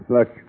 Look